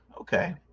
Okay